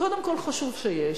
קודם כול חשוב שיש,